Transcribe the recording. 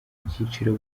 byiciro